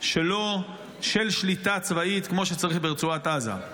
שלו של שליטה צבאית כמו שצריך ברצועת עזה.